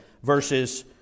Verses